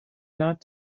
not